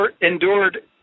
endured